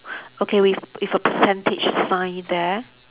okay with with a percentage sign there